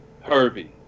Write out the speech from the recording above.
Herbie